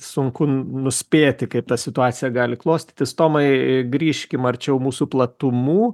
sunku nuspėti kaip ta situacija gali klostytis tomai grįžkim arčiau mūsų platumų